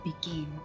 begin